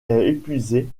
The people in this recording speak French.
épuisé